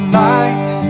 life